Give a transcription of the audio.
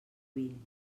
vint